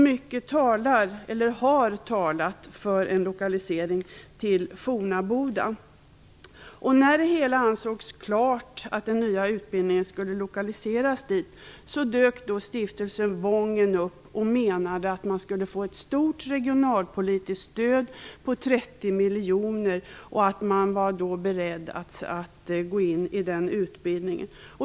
Mycket har talat för en lokalisering till När det ansågs klart vart den nya utbildningen skulle lokaliseras dök Stiftelsen Wången upp och menade att man skulle få ett stort regionalpolitiskt stöd på 30 miljoner, och att man därmed var beredd att gå in i den här utbildningen.